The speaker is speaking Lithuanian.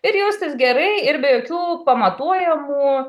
ir jaustis gerai ir be jokių pamatuojamų